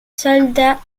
soldats